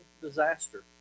disaster